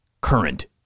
current